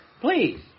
Please